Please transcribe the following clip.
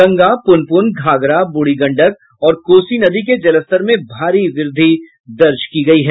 गंगा पुनपुन घाघरा बूढ़ी गंडक और कोसी नदी के जलस्तर में भारी वृद्धि दर्ज की गयी है